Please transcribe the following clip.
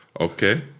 Okay